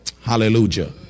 Hallelujah